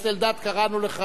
אתם לא הייתם כאן.